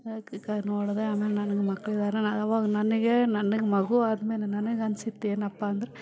ಆಮೇಲೆ ನನಗ್ ಮಕ್ಕಳಿದಾರೆ ಅವಾಗ ನನಗೆ ನನಗೆ ಮಗು ಆದಮೇಲೆ ನನಗನ್ಸಿದ್ದು ಏನಪ್ಪ ಅಂದರೆ